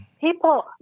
People